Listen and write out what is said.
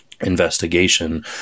investigation